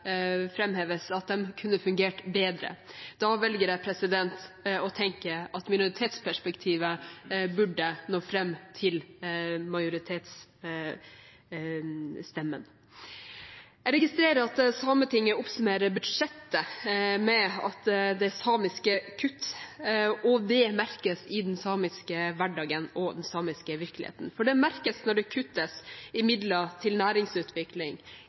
at de kunne fungert bedre. Da velger jeg å tenke at minoritetsperspektivet burde nå fram til majoritetsstemmen. Jeg registrerer at Sametinget oppsummerer budsjettet med at det er samiske kutt, og det merkes i den samiske hverdagen og i den samiske virkeligheten. Det merkes når det kuttes i midler til næringsutvikling,